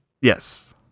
Yes